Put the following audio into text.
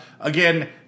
again